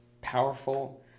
powerful